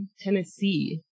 Tennessee